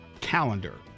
calendar